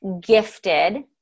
gifted